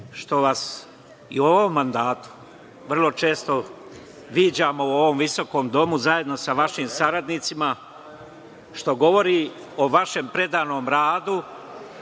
što vas i u ovom mandatu vrlo često viđamo u ovom visokom domu, zajedno sa vašim saradnicima, što govori o vašem predanom radu.